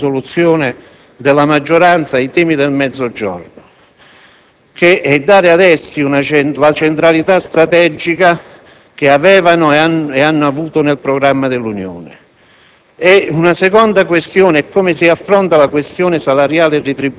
è necessario dare un risalto maggiore nella risoluzione della maggioranza ai temi del Mezzogiorno e dare a essi la centralità strategica che avevano nel programma dell'Unione.